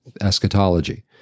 eschatology